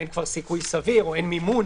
אין כבר סיכוי סביר או אין מימון.